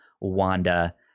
Wanda